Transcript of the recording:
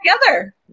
together